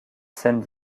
scènes